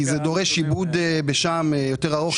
כי זה דורש עיבוד בשעם יותר ארוך.